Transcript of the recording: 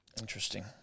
Interesting